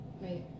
right